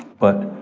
but